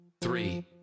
three